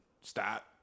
stop